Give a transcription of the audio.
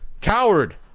Coward